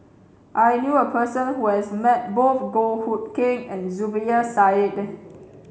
I knew a person who has met both Goh Hood Keng and Zubir Said